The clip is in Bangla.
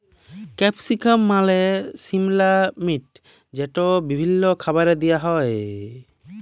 ক্যাপসিকাম মালে সিমলা মির্চ যেট বিভিল্ল্য খাবারে দিঁয়া হ্যয়